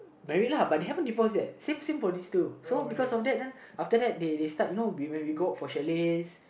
married lah but they haven't divorce yet same same for this two so because of that then after that they they start you know we when we go out for chalets